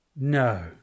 No